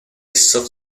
soft